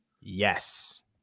Yes